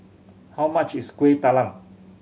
how much is Kuih Talam